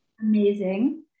amazing